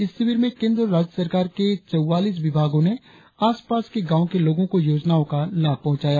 इस शिविर में केंद्र और राज्य सरकार के चौबालीस विभागों ने आस पास के गांव के लोगों को योजनाओं का लाभ पहुचाया